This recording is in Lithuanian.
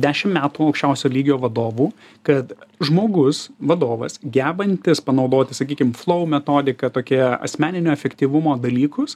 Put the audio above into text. dešim metų aukščiausio lygio vadovų kad žmogus vadovas gebantis panaudoti sakykim flou metodiką tokia asmeninio efektyvumo dalykus